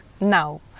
now